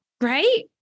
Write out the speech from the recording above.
Right